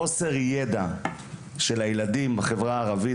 החל מהשנה השנייה הם לומדים כבר בעברית.